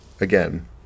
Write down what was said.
Again